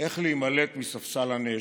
איך להימלט מספסל הנאשמים.